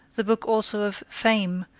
the book also of fame,